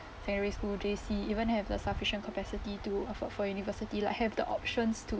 secondary school J_C even have the sufficient capacity to afford for university like have the options to